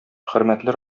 хөрмәтле